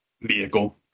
vehicle